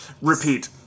Repeat